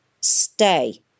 Stay